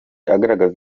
agaragaza